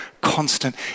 constant